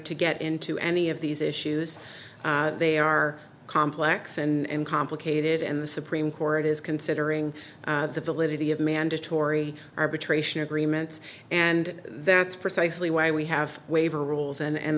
to get into any of these issues they are complex and complicated and the supreme court is considering the validity of mandatory arbitration agreements and that's precisely why we have waiver rules and